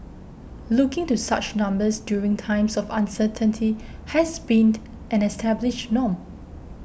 looking to such numbers during times of uncertainty has been an established norm